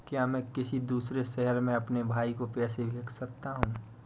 क्या मैं किसी दूसरे शहर में अपने भाई को पैसे भेज सकता हूँ?